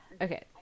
okay